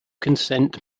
consent